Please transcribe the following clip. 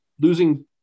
losing